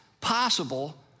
possible